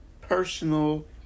personal